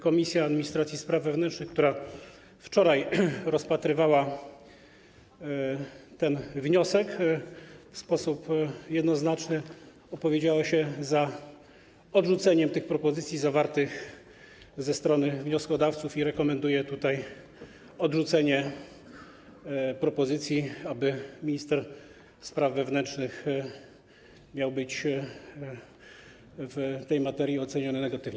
Komisja Administracji i Spraw Wewnętrznych, która wczoraj rozpatrywała ten wniosek, w sposób jednoznaczny opowiedziała się za odrzuceniem propozycji ze strony wnioskodawców i rekomenduje odrzucenie propozycji, aby minister spraw wewnętrznych miał być w tej materii oceniony negatywnie.